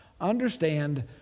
Understand